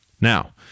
Now